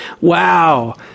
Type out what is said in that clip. wow